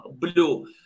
blue